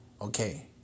Okay